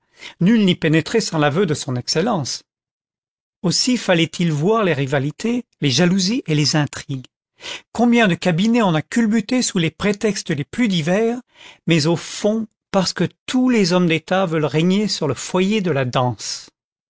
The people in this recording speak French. nul n'y pénétrait sans l'aveu de son excellence aussi fallait-il voir les rivalités les jalousies et les intrigues combien de cabinets on a culbutés sous les prétextes les plus divers mais au fond parce que tous les hommes d'état veulent régner sur le foyer de la danse